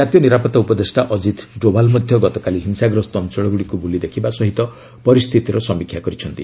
ଜାତୀୟ ନିରାପତ୍ତା ଉପଦେଷ୍ଟା ଅଜିତ ଡୋବାଲ୍ ମଧ୍ୟ ଗତକାଲି ହିଂସାଗ୍ରସ୍ତ ଅଞ୍ଚଳଗୁଡ଼ିକୁ ବୁଲି ଦେଖିବା ସହ ପରିସ୍ଥିତିର ସମୀକ୍ଷା କରିଛନ୍ତି